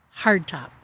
hardtop